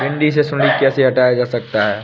भिंडी से सुंडी कैसे हटाया जा सकता है?